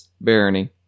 Barony